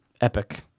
epic